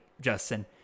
Justin